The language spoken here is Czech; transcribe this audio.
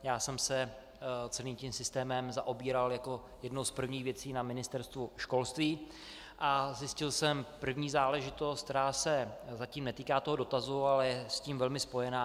Já jsem se celým tím systémem zaobíral jako jednou z prvních věcí na Ministerstvu školství a zjistil jsem první záležitost, která se zatím netýká toho dotazu, ale je s tím velmi spojena.